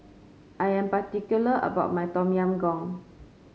I am particular about my Tom Yam Goong